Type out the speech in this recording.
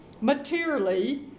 materially